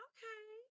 Okay